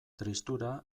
tristura